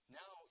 now